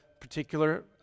particular